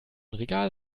regal